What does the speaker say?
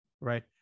right